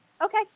Okay